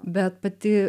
bet pati